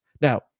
Now